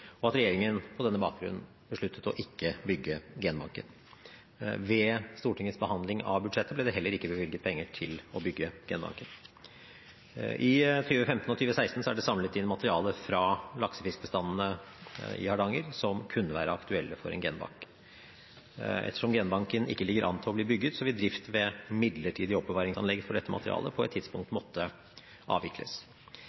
og at regjeringen på denne bakgrunn besluttet ikke å bygge genbanken. Ved Stortingets behandling av budsjettet ble det heller ikke bevilget penger til å bygge genbanken. I 2015 og 2016 er det samlet inn materiale fra laksefiskbestandene i Hardanger som kunne være aktuelle for en genbank. Ettersom genbanken ikke ligger an til å bli bygget, vil drift ved midlertidige oppbevaringsanlegg for dette materialet på et tidspunkt